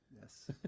Yes